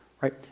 right